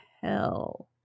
hell